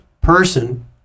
person